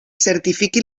certifiqui